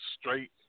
straight